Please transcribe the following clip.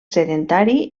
sedentari